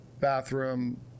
bathroom